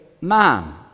man